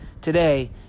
today